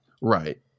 right